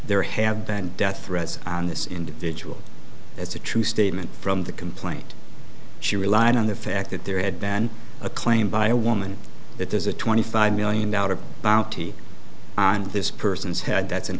there have been death threats on this individual it's a true statement from the complaint she relied on the fact that there had been a claim by a woman that there's a twenty five million out of bounty on this person's head that's an